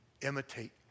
Imitate